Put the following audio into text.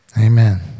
Amen